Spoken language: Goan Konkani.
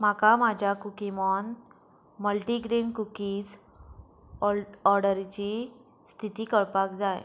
म्हाका म्हाज्या कुकीमोन मल्टीग्रेन कुकीज ऑ ऑर्डरीची स्थिती कळपाक जाय